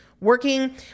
working